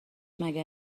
مگه